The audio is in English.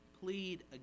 plead